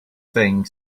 thing